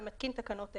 אני מתקינה תקנות אלה: